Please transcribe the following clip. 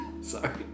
Sorry